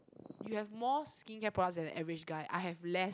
you have more skincare products than an average guy I have less